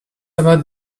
about